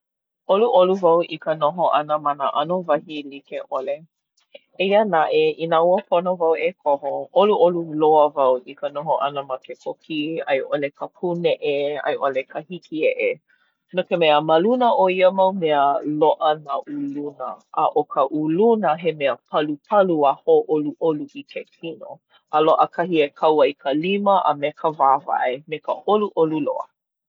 ʻOluʻolu wau i ka noho ʻano ma nā ʻano wahi like ʻole. Eia naʻe inā ua pono wau e koho ʻoluʻolu loa wau i ka noho ʻana ma ke kokī, a i ʻole ka pūneʻe a i ʻole ka hikieʻe. No ka mea ma luna o ia mau mea loaʻa nā uluna. A ʻo ka uluna he mea palupalu a hōʻoluʻolu i ke kino. A loaʻa kahi e kau ai ka lima a me ka wāwae me ka ʻoluʻolu loa.